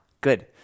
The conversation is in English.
good